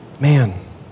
Man